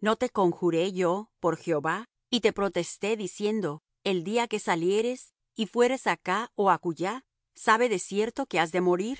no te conjuré yo por jehová y te protesté diciendo el día que salieres y fueres acá ó acullá sabe de cierto que has de morir